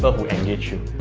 but who engage you?